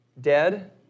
dead